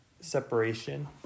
separation